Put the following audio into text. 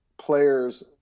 players